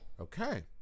Okay